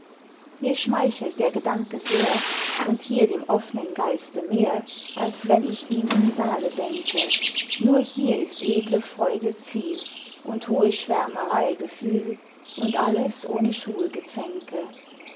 mir schmeichelt der gedanke sehr und hier dem offnen geiste mehr als wenn ich ihm im saale denke nur hier ist edle freude ziel und hohe schwärmerey gefühl und alles ohne